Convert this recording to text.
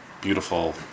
beautiful